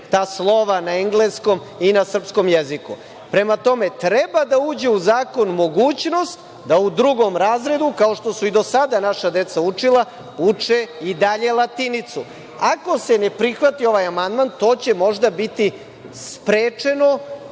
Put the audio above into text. ta slova na engleskom i na srpskom jeziku. Prema tome, treba da uđe u zakon mogućnost da u drugom razredu, kao što su i do sada, naša deca učila, uče i dalje latinicu. Ako se ne prihvati ovaj amandman, to će možda biti sprečeno